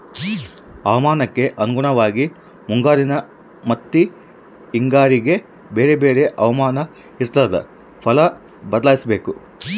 ಹವಾಮಾನಕ್ಕೆ ಅನುಗುಣವಾಗಿ ಮುಂಗಾರಿನ ಮತ್ತಿ ಹಿಂಗಾರಿಗೆ ಬೇರೆ ಬೇರೆ ಹವಾಮಾನ ಇರ್ತಾದ ಫಲ ಬದ್ಲಿಸಬೇಕು